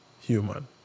human